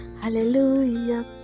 Hallelujah